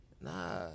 nah